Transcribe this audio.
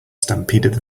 stampeded